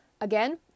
again